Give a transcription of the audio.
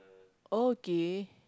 okay